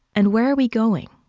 and where are we going?